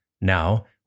Now